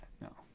no